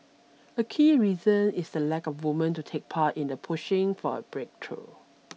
a key reason is the lack of woman to take the lead in pushing for a breakthrough